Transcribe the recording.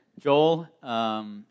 Joel